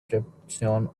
reception